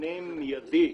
מענה מידי.